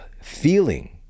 feeling